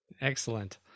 Excellent